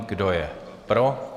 Kdo je pro?